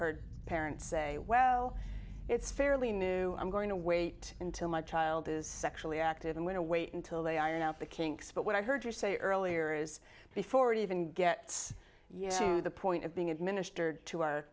heard parents say well it's fairly new i'm going to wait until my child is sexually active i'm going to wait until they iron out the kinks but what i heard her say earlier is before it even gets to the point of being administered to o